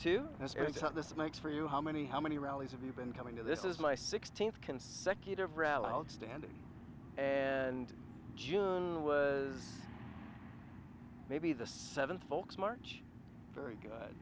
how this makes for you how many how many rallies have you been coming to this is my sixteenth consecutive rally outstanding and june was maybe the seven folks march very good